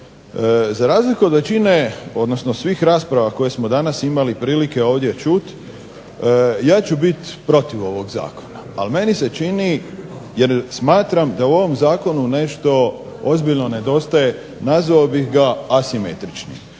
Za razliku od većine, odnosno svih rasprava koje smo danas imali prilike ovdje čuti ja ću biti protiv ovog zakona, ali meni se čini jer smatram da u ovom zakonu nešto ozbiljno nedostaje, nazvao bih ga asimetričnim.